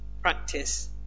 Practice